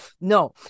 no